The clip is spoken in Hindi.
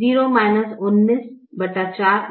0 19 4 -194है